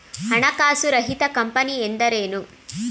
ಹಣಕಾಸು ರಹಿತ ಕಂಪನಿ ಎಂದರೇನು?